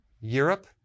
Europe